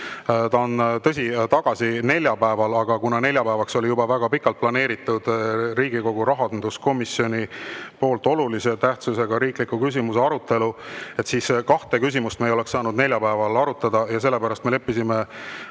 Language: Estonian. ta on tagasi neljapäeval, aga kuna neljapäevaks oli juba väga pikalt planeeritud Riigikogu rahanduskomisjoni [algatatud] olulise tähtsusega riikliku küsimuse arutelu, siis kahte küsimust me ei oleks saanud neljapäeval arutada. Sellepärast me leppisime